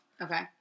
Okay